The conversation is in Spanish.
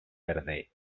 verde